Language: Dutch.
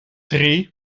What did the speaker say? drie